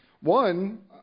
One